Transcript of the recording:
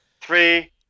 three